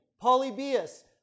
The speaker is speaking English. Polybius